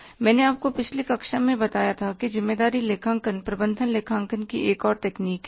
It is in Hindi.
तो मैंने आपको पिछली कक्षा में बताया था कि ज़िम्मेदारी लेखांकन प्रबंधन लेखांकन की एक और तकनीक है